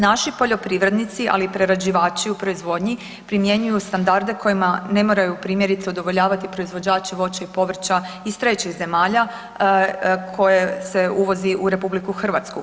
Naši poljoprivrednici, ali i prerađivači u proizvodnji primjenjuju standarde kojima ne moraju primjerice udovoljavati proizvođači voća i povrća iz trećih zemalja koje se uvozi u RH.